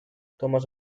thomas